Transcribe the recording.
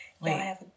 Wait